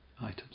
items